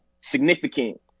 significant